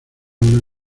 una